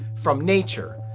from nature.